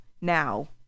Now